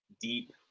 deep